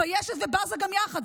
מתביישת ובזה גם יחד.